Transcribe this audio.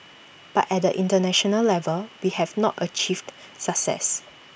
but at the International level we have not achieved success